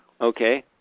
Okay